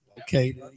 okay